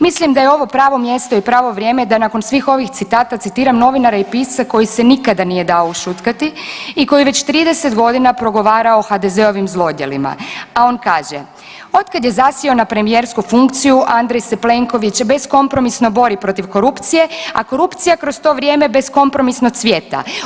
Mislim da je ovo pravo mjesto i pravo vrijeme da nakon svih ovih citata citiram novinara i pisca koji se nikada nije dao ušutkati, i koji već 30 godina progovara o HDZ-ovim zlodjelima, a on kaže: „Otkad je zasjeo na premijersku funkciju, Andrej se Plenković beskompromisno bori protiv korupcije, a korupcija za to vrijeme beskompromisno cvjeta.